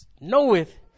knoweth